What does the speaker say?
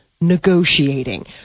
negotiating